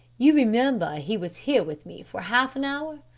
you remember he was here with me for half an hour.